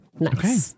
Okay